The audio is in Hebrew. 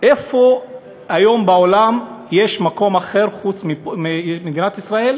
איפה יש היום בעולם מקום אחר, מלבד מדינת ישראל,